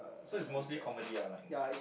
so is mostly comedic ah like